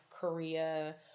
Korea